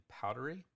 powdery